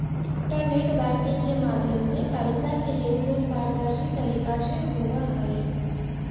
internet banking के माध्यम से पैइसा के लेन देन पारदर्शी तरीका से होवऽ हइ